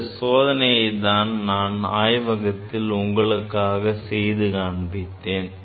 இந்த சோதனையை தான் நான் ஆய்வகத்தில் உங்களுக்காக செய்து காண்பித்தேன்